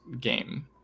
game